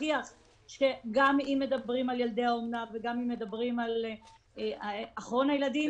הוכיח שגם אם מדברים על ילדי האומנה וגם אם מדברים על אחרון הילדים,